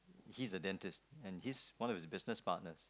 he's a dentist and he's one of his business partners